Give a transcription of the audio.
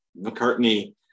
McCartney